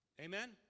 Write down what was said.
amen